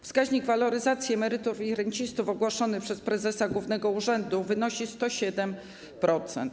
Wskaźnik waloryzacji emerytur i rent ogłoszony przez prezesa głównego urzędu wynosi 107%.